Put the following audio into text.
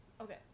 okay